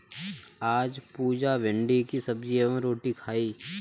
आज पुजा भिंडी की सब्जी एवं रोटी खाई